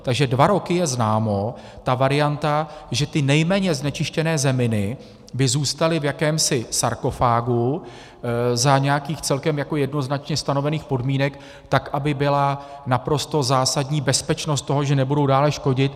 Takže dva roky je známa varianta, že ty nejméně znečištěné zeminy by zůstaly v jakémsi sarkofágu za nějakých celkem jednoznačně stanovených podmínek tak, aby byla naprosto zásadní bezpečnost toho, že nebudou dále škodit.